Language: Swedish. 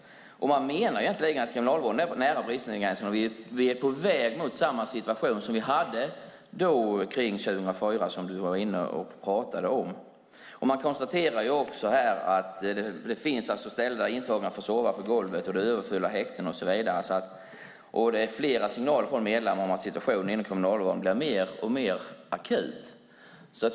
Man menar egentligen att kriminalvården är nära bristningsgränsen, och vi är på väg mot samma situation som vi hade kring 2004 och som du pratade om. Man konstaterar att det finns ställen där intagna får sova på golvet och där häktena är överfulla. Det finns flera signaler från Sekos medlemmar om att situationen inom kriminalvården blir mer och mer akut.